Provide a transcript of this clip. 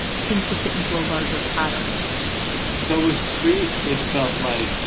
seems to fit into a larger pattern so with preet, it felt like,